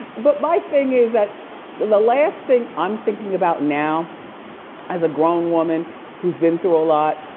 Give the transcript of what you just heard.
but my thing is, that the the last thing i'm thinking about now as a grown woman who's been through a lot,